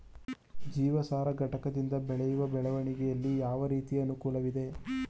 ಜೀವಸಾರ ಘಟಕದಿಂದ ಬೆಳೆಯ ಬೆಳವಣಿಗೆಯಲ್ಲಿ ಯಾವ ರೀತಿಯ ಅನುಕೂಲವಿದೆ?